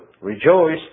rejoice